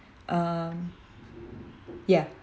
um yeah